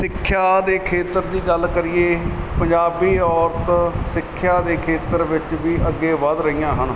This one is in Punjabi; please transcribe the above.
ਸਿੱਖਿਆ ਦੇ ਖੇਤਰ ਦੀ ਗੱਲ ਕਰੀਏ ਪੰਜਾਬ ਵੀ ਔਰਤ ਸਿੱਖਿਆ ਦੇ ਖੇਤਰ ਵਿੱਚ ਵੀ ਅੱਗੇ ਵਧ ਰਹੀਆਂ ਹਨ